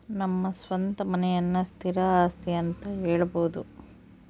ನಮ್ಮ ಸ್ವಂತ ಮನೆಯನ್ನ ಸ್ಥಿರ ಆಸ್ತಿ ಅಂತ ಹೇಳಬೋದು